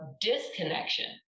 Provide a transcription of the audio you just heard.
disconnection